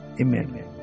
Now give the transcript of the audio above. amen